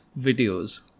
videos